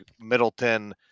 Middleton